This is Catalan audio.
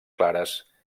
clares